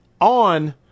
on